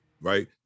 right